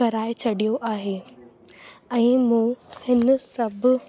कराए छॾियो आहे ऐं मूं हिन सभु